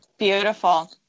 Beautiful